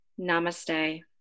Namaste